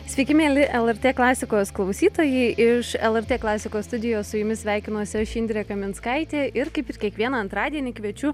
sveiki mieli lrt klasikos klausytojai iš lrt klasikos studijos su jumis sveikinuosi aš indrė kaminskaitė ir kaip ir kiekvieną antradienį kviečiu